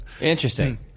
Interesting